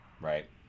Right